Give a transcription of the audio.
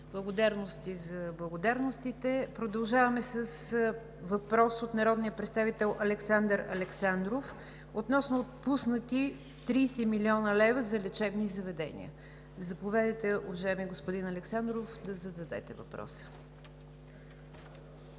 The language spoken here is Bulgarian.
Благодарност за благодарностите. Продължаваме с въпрос от народния представител Александър Александров относно отпуснати 30 млн. лв. за лечебни заведения. Заповядайте, уважаеми господин Александров, да зададете въпроса.